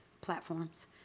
platforms